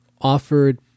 offered